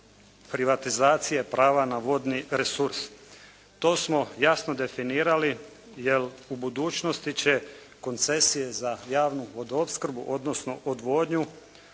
privatizacije prava na vodni resurs. To smo jasno definirali jer u budućnosti će koncesije za javnu vodoopskrbu odnosno odvodnju